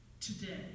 today